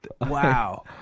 Wow